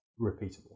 repeatable